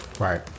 right